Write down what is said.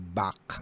back